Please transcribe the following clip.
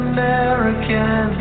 American